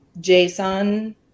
JSON